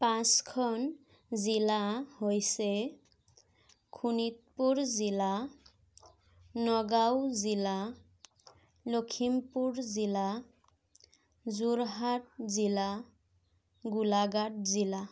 পাঁচখন জিলা হৈছে শোণিতপুৰ জিলা নগাঁও জিলা লখিমপুৰ জিলা যোৰহাট জিলা গোলাঘাট জিলা